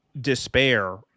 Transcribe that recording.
despair